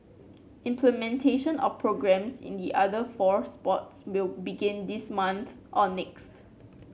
implementation of programmes in the other four sports will begin this month or next